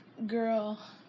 Girl